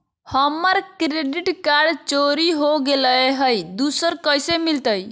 हमर credit card चोरी हो गेलय हई, दुसर कैसे मिलतई?